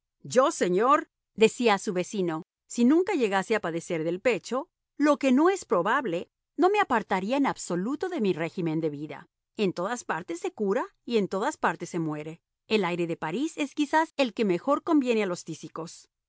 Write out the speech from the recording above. bien yo señor decía a su vecino si nunca llegase a padecer del pecho lo que no es probable no me apartaría en absoluto de mi régimen de vida en todas partes se cura y en todas partes se muere el aire de parís es quizás el que mejor conviene a los tísicos